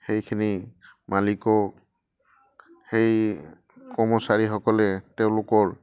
সেইখিনি মালিকক সেই কৰ্মচাৰীসকলে তেওঁলোকৰ